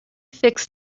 fix